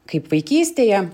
kaip vaikystėje